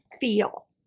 feel